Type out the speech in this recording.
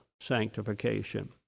sanctification